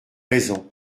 raisons